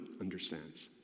understands